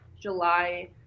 July